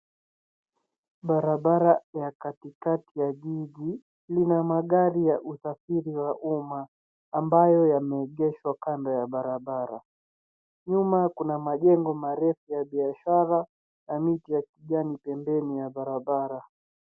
Barabara ya katikati ya jiji lina magari ya usafiri ya umma ambayo yameegeshwa kando ya barabara. Nyuma kuna majengo marefu ya biashara na miti ya kijani pembeni ya barabara.